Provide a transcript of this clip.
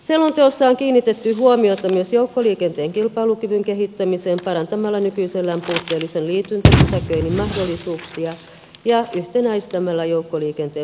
selonteossa on kiinnitetty huomiota myös joukkoliikenteen kilpailukyvyn kehittämiseen parantamalla nykyisellään puutteellisen liityntäpysäköinnin mahdollisuuksia ja yhtenäistämällä joukkoliikenteen palvelukokonaisuutta